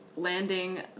landing